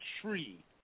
tree